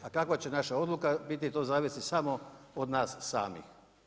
A kakva će naša odluka biti, to zavisi samo od nas samih.